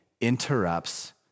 interrupts